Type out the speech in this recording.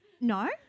No